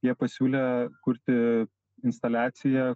jie pasiūlė kurti instaliaciją